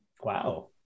Wow